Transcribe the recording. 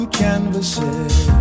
canvases